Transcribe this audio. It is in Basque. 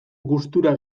gustura